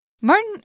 Martin